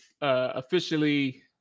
officially